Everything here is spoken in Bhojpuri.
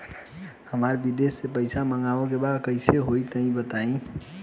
हमरा विदेश से पईसा मंगावे के बा कइसे होई तनि बताई?